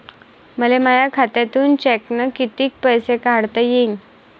मले माया खात्यातून चेकनं कितीक पैसे काढता येईन?